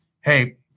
Hey